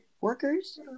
workers